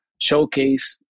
showcase